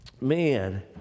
man